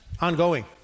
ongoing